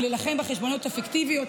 להילחם בחשבוניות הפיקטיביות,